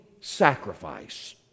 sacrifice